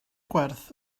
gwerth